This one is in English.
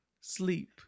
Sleep